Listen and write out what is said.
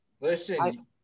Listen